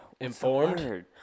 Informed